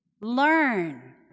Learn